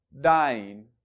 dying